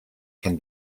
can